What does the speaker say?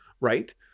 Right